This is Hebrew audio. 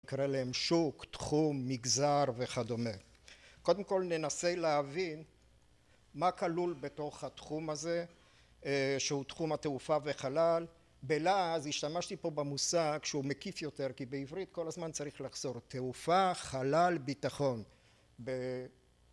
קרה להם שוק, תחום, מגזר וכדומה. קודם כל ננסה להבין מה כלול בתוך התחום הזה שהוא תחום התעופה והחלל. בלעז השתמשתי פה במושג שהוא מקיף יותר כי בעברית כל הזמן צריך לחזור תעופה, חלל, ביטחון